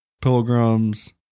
pilgrims